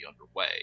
underway